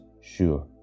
Sure